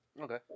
Okay